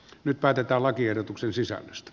nyt päätetään lakiehdotuksen sisällöstä